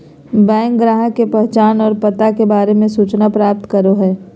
bank ग्राहक के पहचान और पता के बारे में सूचना प्राप्त करो हइ